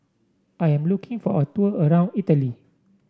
I am looking for a tour around Italy